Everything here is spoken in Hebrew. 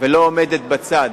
ולא עומדת בצד